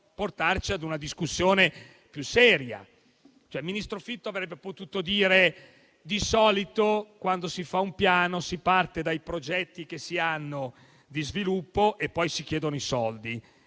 portarci ad una discussione più seria. Il ministro Fitto avrebbe potuto dire che, di solito, quando si fa un piano, si parte dai progetti di sviluppo che si hanno e poi si chiedono i soldi;